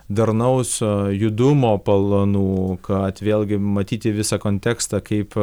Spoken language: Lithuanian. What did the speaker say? darnaus judumo planų kad vėlgi matyti visą kontekstą kaip